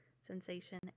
sensation